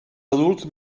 adults